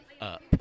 up